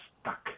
stuck